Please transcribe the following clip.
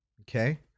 okay